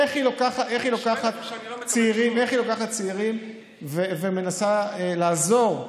איך היא לוקחת צעירים ומנסה לעזור,